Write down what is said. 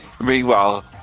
Meanwhile